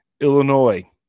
Illinois